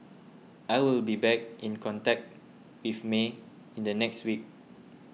I will be back in contact with May in the next week